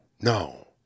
No